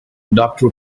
doctor